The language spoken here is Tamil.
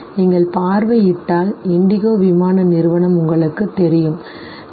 நீங்கள் பார்வையிட்டால் இண்டிகோ விமான நிறுவனம் உங்களுக்குத் தெரியும் சரி